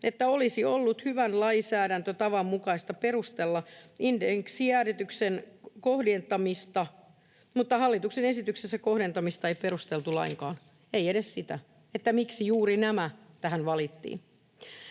että olisi ollut hyvän lainsäädäntötavan mukaista perustella indeksijäädytyksen kohdentamista, mutta hallituksen esityksessä kohdentamista ei perusteltu lainkaan, ei edes sitä, miksi juuri nämä tähän valittiin.